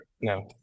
no